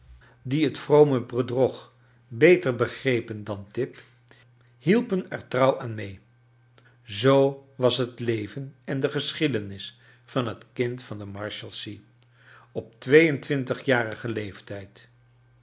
die het vrome bedrog beter begrepen dan tip hielpen er trouw aan mee zoo was het leven en de geschiedenis van het kind van de marshalsea op twee en twintigjarigen leeftijd